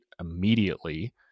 immediately